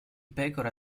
pecora